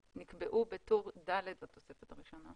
ונאמר "נקבעו בטור ד' בתוספת הראשונה".